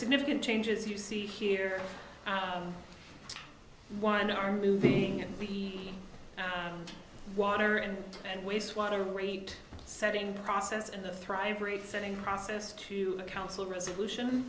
significant changes you see here one are moving the water and waste water rate setting process and the thrive rate setting process to council resolution